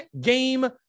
game